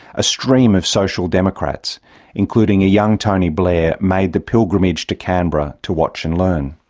a stream of social democrats including a young tony blair made the pilgrimage to canberra to watch and learn.